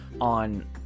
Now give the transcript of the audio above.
on